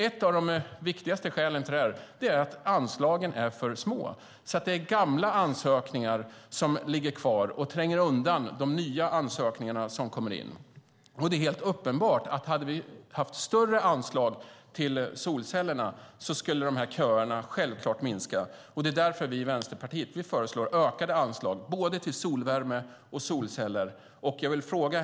En av de viktigaste orsakerna till detta är att anslagen är för små. Gamla ansökningar ligger kvar och tränger undan de nya ansökningar som kommer in. Det är helt uppenbart att köerna skulle minska om vi hade större anslag till solcellerna. Vi i Vänsterpartiet föreslår ökade anslag till både solvärme och solceller.